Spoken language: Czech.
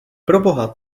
proboha